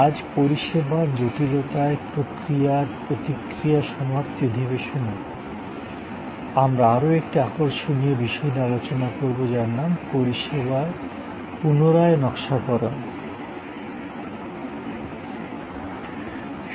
আজ পরিষেবার জটিলতায় প্রক্রিয়ার প্রতিক্রিয়া সমাপ্তি অধিবেশনে আমরা আরও একটি আকর্ষণীয় বিষয় নিয়ে আলোচনা করব যার নাম পরিষেবার পুনরায় নকশাকরণ